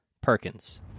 Perkins